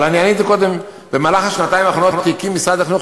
בשנתיים האחרונות הקים משרד החינוך